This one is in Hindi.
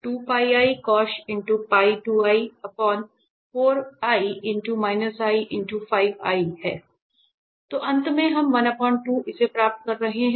तो अंत में हम इसे प्राप्त कर रहे हैं